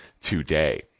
today